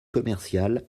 commerciales